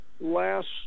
last